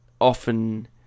often